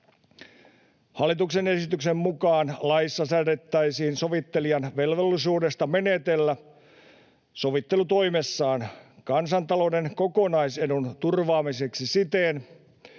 Hallituksen esityksen mukaan laissa säädettäisiin sovittelijan velvollisuudesta menetellä sovittelutoimessaan kansantalouden kokonaisedun turvaamiseksi siten,